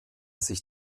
sich